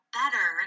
better